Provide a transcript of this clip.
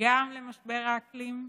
גם למשבר האקלים,